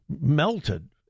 melted